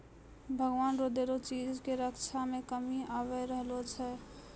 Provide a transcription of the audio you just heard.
भगवान रो देलो चीज के रक्षा मे कमी आबी रहलो छै